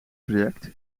traject